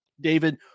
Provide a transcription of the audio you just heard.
david